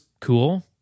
cool